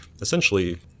essentially